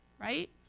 right